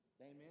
Amen